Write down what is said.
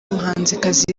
muhanzikazi